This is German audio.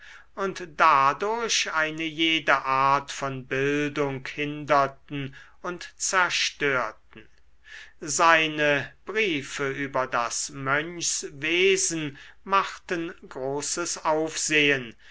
und dadurch eine jede art von bildung hinderten und zerstörten seine briefe über das mönchswesen machten großes aufsehen